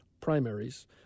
primaries